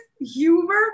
humor